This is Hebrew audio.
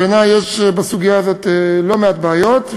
בעיני יש בסוגיה הזאת לא מעט בעיות,